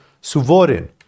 Suvorin